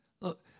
Look